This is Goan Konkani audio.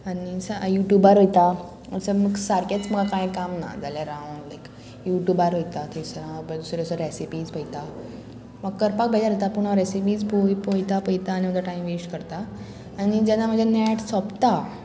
आनी युट्यूबार वयता असो सारकेंच कांय काम ना जाल्यार हांव लायक युट्यूबार वयता थंयसर दुसरे दुसरे रेसिपीज पयता म्हाका करपाक बेजार येता पूण हांव रेसिपीज पोव पयता पयता आनी म्हाका टायम वेस्ट करता आनी जेन्ना म्हजे नॅट सोंपता